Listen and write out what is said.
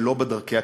ולא בדרך הקיצור.